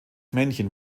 männchen